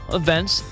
events